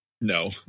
No